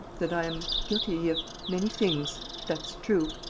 that i am guilty of many things, that's true.